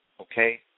Okay